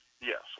Yes